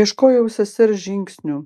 ieškojau sesers žingsnių